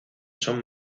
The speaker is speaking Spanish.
son